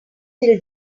till